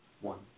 One